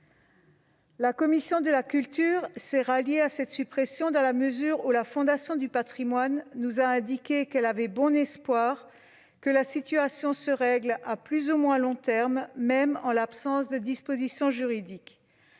La commission de la culture s'est ralliée à cette suppression, dans la mesure où la Fondation du patrimoine nous a indiqué qu'elle avait bon espoir que la situation se règle à plus ou moins long terme, même en l'absence de disposition juridique.